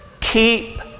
keep